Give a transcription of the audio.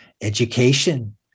education